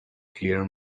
clear